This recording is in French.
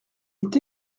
est